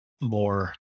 more